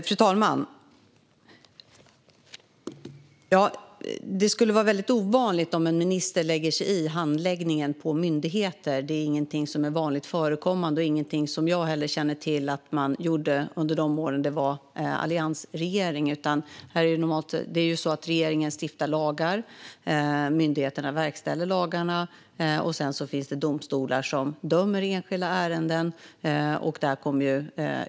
Fru talman! Det är väldigt ovanligt att en minister lägger sig i handläggningen på myndigheter. Det är inte något som är vanligt förekommande och inte heller något som jag känner till att man gjorde under alliansregeringens år. Regeringen stiftar lagar, myndigheterna verkställer lagarna och domstolar dömer i enskilda ärenden.